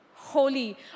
holy